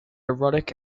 erotic